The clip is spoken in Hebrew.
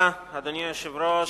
אדוני היושב-ראש,